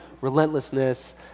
relentlessness